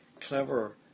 clever